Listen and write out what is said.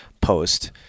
post